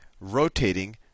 rotating